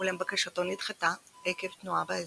אולם בקשתו נדחתה עקב תנועה באזור.